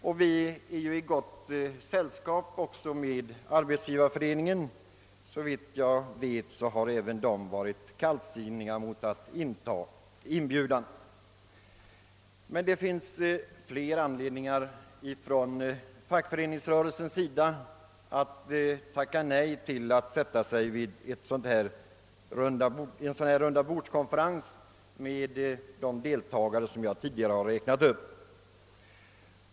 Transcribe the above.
Och vi på LO sidan är i gott sällskap med Arbetsgivareföreningen — såvitt jag vet har man även där ställt sig kallsinnig till en sådan inbjudan. Men det finns flera anledningar för fackföreningsrörelsen att tacka nej till att deltaga i en sådan rundabordskonferens tillsammans med dem jag tidigare räknat upp.